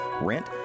rent